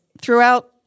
throughout